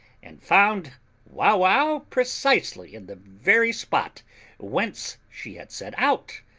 and found wauwau precisely in the very spot whence she had set out,